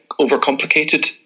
overcomplicated